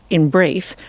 in brief,